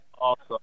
Awesome